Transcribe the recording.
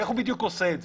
איך הוא בדיוק עושה את זה?